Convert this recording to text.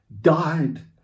died